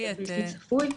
בלתי צפוי.